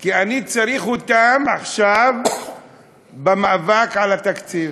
כי אני צריך אותם עכשיו במאבק על התקציב.